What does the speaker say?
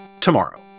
tomorrow